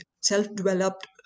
self-developed